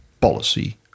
policy